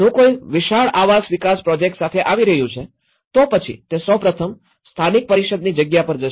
જો કોઈ વિશાળ આવાસ વિકાસ પ્રોજેક્ટ સાથે આવી રહ્યું છે તો પછી તે સૌપ્રથમ સ્થાનિક પરિષદની જગ્યા પર જશે